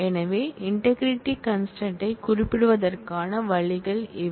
எனவே integrity constraint யை குறிப்பிடுவதற்கான வழிகள் இவை